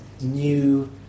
new